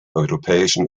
europäischen